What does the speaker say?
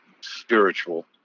spiritual